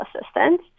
Assistant